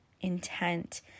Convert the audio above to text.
intent